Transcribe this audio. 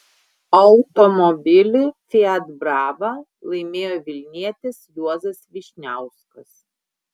automobilį fiat brava laimėjo vilnietis juozas vyšniauskas